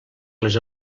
les